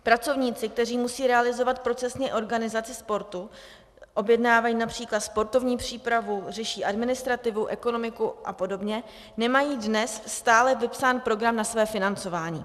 Pracovníci, kteří musí realizovat procesně organizaci sportu, objednávají například sportovní přípravu, řeší administrativu, ekonomiku a podobně, nemají dnes stále vypsán program na své financování.